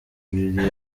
ibiri